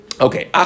Okay